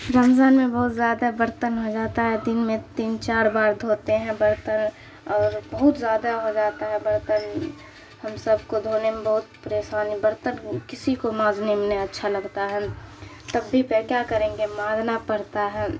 رمضان میں بہت زیادہ برتن ہو جاتا ہے دن میں تین چار بار دھوتے ہیں برتن اور بہت زیادہ ہو جاتا ہے برتن ہم سب کو دھونے میں بہت پریشانی برتن کسی کو مانجھنے میں نہیں اچھا لگتا ہے تب بھی پہ کیا کریں گے ماجنا پرتا ہے